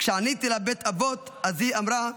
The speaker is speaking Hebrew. כשעניתי לה: בית אבות, אז היא אמרה: